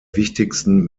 wichtigsten